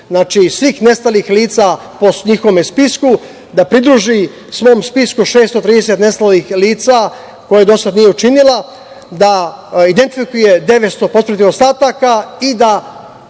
svojih, svih nestalih lica po njihovom spisku, da pridruži svom spisku 630 nestalih lica koje dosad nije učinila, da identifikuje 900 posmrtnih ostataka i da